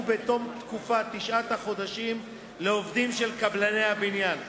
בתום תקופת תשעת החודשים לעובדים של קבלני הבניין.